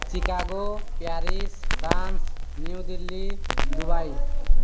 Chicago Paris France New Delhi Dubai